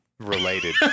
related